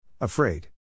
Afraid